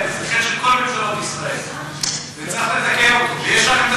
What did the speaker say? זה חטא של כל ממשלות ישראל, וצריך לתקן אותו.